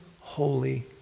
holy